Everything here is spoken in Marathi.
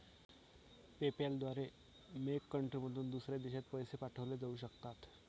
पेपॅल द्वारे मेक कंट्रीमधून दुसऱ्या देशात पैसे पाठवले जाऊ शकतात